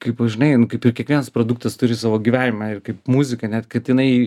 kaip žinai kaip ir kiekvienas produktas turi savo gyvenimą ir kaip muzika net kad jinai